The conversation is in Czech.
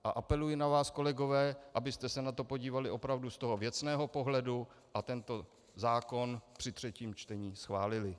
A apeluji na vás, kolegové, abyste se na to podívali opravdu z toho věcného pohledu a tento zákon při třetím čtení schválili.